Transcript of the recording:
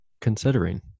considering